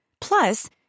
Plus